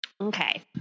Okay